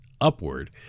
upward